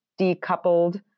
decoupled